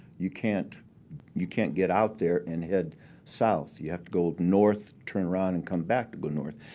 you can't you can't get out there and head south. you have to go north, turn around and come back to go north.